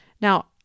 Now